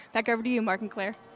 back over to you, mark and claire.